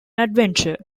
adventure